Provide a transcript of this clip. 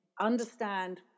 understand